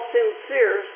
sincere